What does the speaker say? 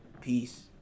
Peace